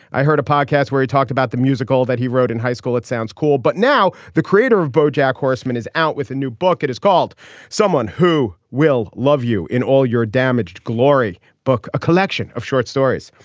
i heard a podcast where he talked about the musical that he wrote in high school. it sounds cool. but now the creator of bojack horseman is out with a new book. it is called someone who will love you in all your damaged glory. book a collection of short stories.